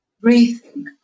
breathing